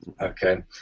Okay